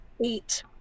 Eight